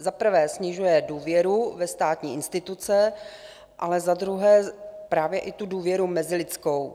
Za prvé snižuje důvěru ve státní instituce, ale za druhé právě i důvěru mezilidskou.